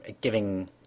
giving